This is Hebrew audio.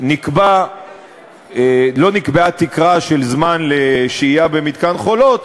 לא נקבעה תקרה של זמן לשהייה במתקן "חולות",